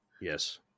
Yes